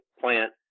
plant